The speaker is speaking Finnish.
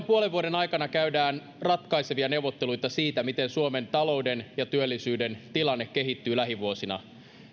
puolen vuoden aikana käydään ratkaisevia neuvotteluita siitä miten suomen talouden ja työllisyyden tilanne kehittyy lähivuosina